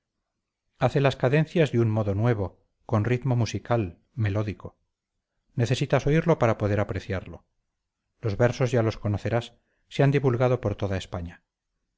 hace las cadencias de un modo nuevo con ritmo musical melódico necesitas oírlo para poder apreciarlo los versos ya los conocerás se han divulgado por toda españa